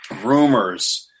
rumors